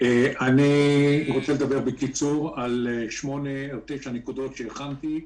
אני רוצה לדבר על שמונה או תשע נקודות שהכנתי,